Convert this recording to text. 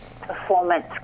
performance